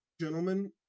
Gentlemen